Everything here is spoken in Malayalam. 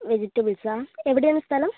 വെജിറ്റബൾസാണോ എവിടെയാണ് സ്ഥലം